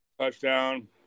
Touchdown